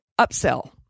upsell